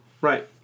Right